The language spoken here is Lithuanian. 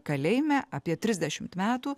kalėjime apie trisdešimt metų